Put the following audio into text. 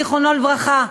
זיכרונו לברכה,